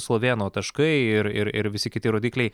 slovėno taškai ir ir ir visi kiti rodikliai